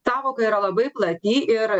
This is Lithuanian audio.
sąvoka yra labai plati ir